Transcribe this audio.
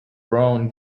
brown